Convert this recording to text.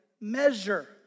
measure